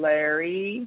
Larry